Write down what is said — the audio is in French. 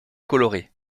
colorés